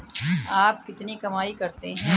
आप कितनी कमाई करते हैं?